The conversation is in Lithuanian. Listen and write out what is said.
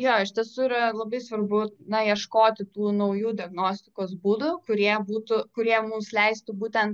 jo iš tiesų yra labai svarbu na ieškoti tų naujų diagnostikos būdų kurie būtų kurie mums leistų būtent